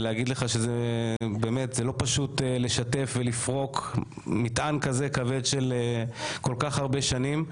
זה לא פשוט לשתף ולפרוק מטען כזה כבד של כל כך הרבה שנים.